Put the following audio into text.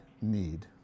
need